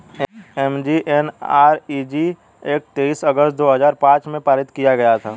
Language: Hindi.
एम.जी.एन.आर.इ.जी एक्ट तेईस अगस्त दो हजार पांच में पारित किया गया था